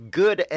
good